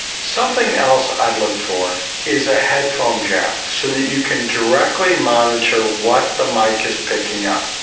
something else i'd look for is a headphone jack so that you can directly monitor what the mic is picking up.